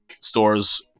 store's